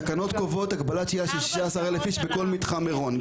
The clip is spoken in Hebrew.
התקנות קובעות הגבלת שהייה של 16,000 איש בכל מתחם מירון,